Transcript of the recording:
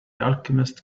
alchemist